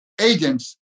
agents